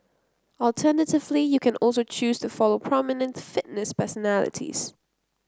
alternatively you can also choose to follow prominent fitness personalities